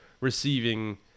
receiving